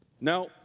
Now